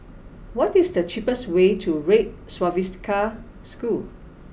what is the cheapest way to Red Swastika School